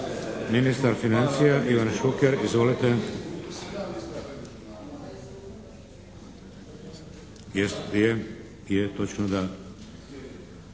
Ministar financija Ivan Šuker. Izvolite. **Šuker, Ivan